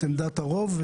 את עמדת הרוב.